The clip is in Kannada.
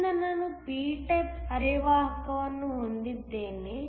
ಆದ್ದರಿಂದ ನಾನು p ಟೈಪ್ ಅರೆವಾಹಕವನ್ನು ಹೊಂದಿದ್ದೇನೆ